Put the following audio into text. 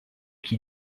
qui